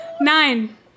Nine